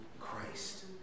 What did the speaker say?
Christ